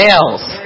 else